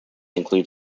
include